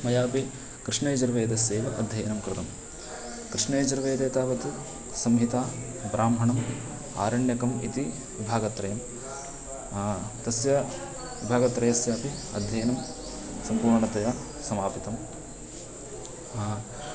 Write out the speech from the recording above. मयापि कृष्णयजुर्वेदस्यैव अध्ययनं कृतं कृष्णयजुर्वेदे तावत् संहिता ब्राह्मणम् आरण्यकम् इति विभागत्रयं तस्य विभागत्रयस्यापि अध्ययनं सम्पूर्णतया समापितम् हा